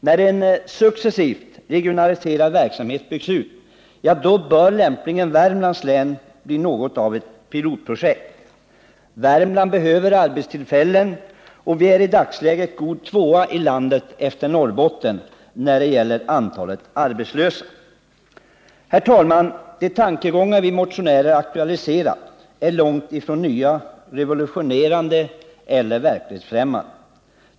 När en successivt regionaliserad verksamhet utbyggs, ja, då bör lämpligen Värmlands län bli något av ett pilotprojek.. Värmlands län behöver arbetstillfällen, och vi är i dagsläget god tvåa i landet efter Norrbotten när det gäller arbetslösa. Herr talman! De tankegångar vi motionärer aktualiserat är långt ifrån revolutionerande eller verklighetsfrämmande.